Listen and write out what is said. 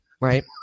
Right